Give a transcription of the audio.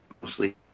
mostly